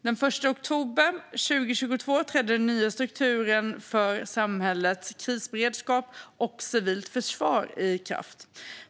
Den 1 oktober 2022 trädde den nya strukturen för samhällets krisberedskap och civilt försvar i kraft.